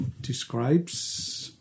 describes